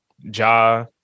Ja